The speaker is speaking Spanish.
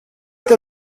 este